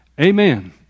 Amen